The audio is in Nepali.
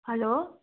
हेलो